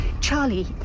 Charlie